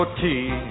tea